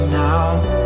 now